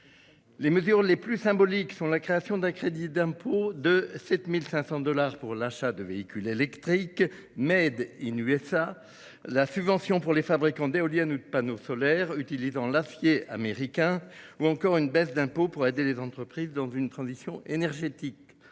Les mesures les plus symboliques sont la création d'un crédit d'impôt de 7 500 dollars pour l'achat d'un véhicule électrique, une subvention pour les fabricants d'éoliennes ou de panneaux solaires utilisant l'acier américain, ou encore une baisse d'impôt pour aider les entreprises dans leur transition énergétique.